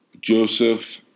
Joseph